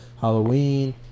Halloween